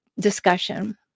discussion